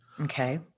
Okay